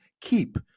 keep